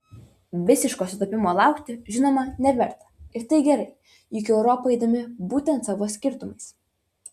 visiško sutapimo laukti žinoma neverta ir tai gerai juk europa įdomi būtent savo skirtumais